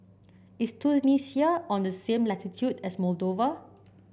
is Tunisia on the same latitude as Moldova